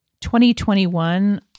2021